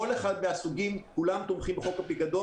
כל אחד מהסוגים כולם תומכים בחוק הפיקדון.